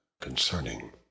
concerning